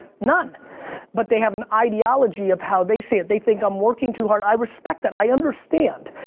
none but they have an ideology of how they see it, they think i'm working too hard, i respect that, i understand.